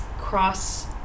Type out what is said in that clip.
Cross